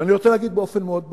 אני רוצה להגיד באופן מאוד ברור: